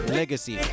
legacy